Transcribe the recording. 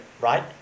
Right